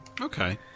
Okay